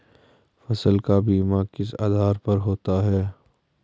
फसल का बीमा किस आधार पर होता है?